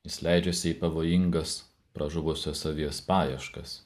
jis leidžiasi į pavojingas pražuvusios avies paieškas